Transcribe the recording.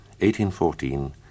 1814